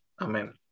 Amen